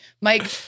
Mike